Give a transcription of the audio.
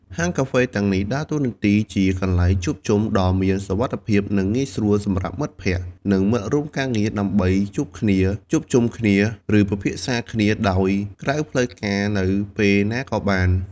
ហាងកាហ្វេទាំងនេះដើរតួនាទីជា កន្លែងជួបជុំដ៏មានសុវត្ថិភាព និងងាយស្រួល សម្រាប់មិត្តភក្តិ និងមិត្តរួមការងារដើម្បីជួបគ្នា ជួបជុំគ្នា ឬពិភាក្សាគ្នាដោយក្រៅផ្លូវការនៅពេលណាក៏បាន។